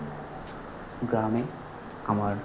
গ্রামে আমার